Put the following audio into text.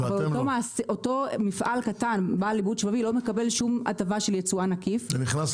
אבל אותו מפעל קטן לא מקבל שום הטבה של ייצואן עקיף,